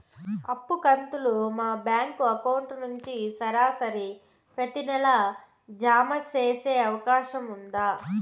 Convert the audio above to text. అప్పు కంతులు మా బ్యాంకు అకౌంట్ నుంచి సరాసరి ప్రతి నెల జామ సేసే అవకాశం ఉందా?